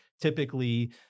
typically